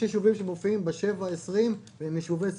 יש יישובים שמופיעים ב-7 20 והם יישובי ספר.